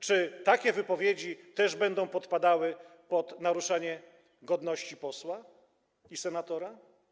Czy takie wypowiedzi też będą podpadały pod naruszanie godności posła i senatora?